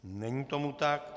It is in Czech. Není tomu tak.